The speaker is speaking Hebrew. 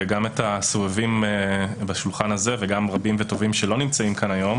אלא גם את הסובבים בשולחן הזה וגם רבים וטובים שלא נמצאים כאן היום.